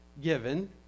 given